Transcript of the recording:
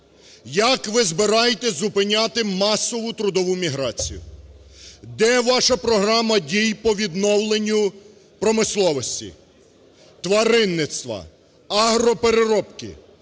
Як ви збираєтесь зупиняти масову трудову міграцію? Де ваша програма дій по відновленню промисловості, тваринництва, агропереробки?